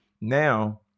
now